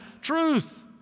truth